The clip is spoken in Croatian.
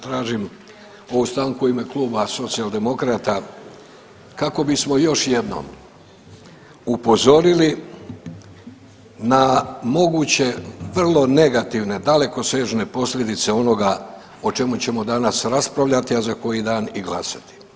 Tražim ovu stanku u ime kluba Socijaldemokrata kako bismo još jednom upozorili na moguće vrlo negativne dalekosežne posljedice onoga o čemu ćemo danas raspravljati, a za koji dan i glasati.